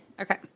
Okay